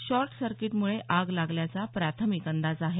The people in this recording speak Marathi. शॉर्टसर्कीट मुळे आग लागल्याचा प्राथमिक अंदाज आहे